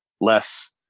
less